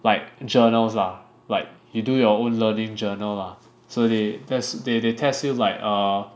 like journals lah like you do your own learning journal lah so they just they they test you like err